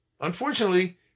unfortunately